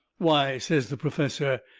why, says the perfessor,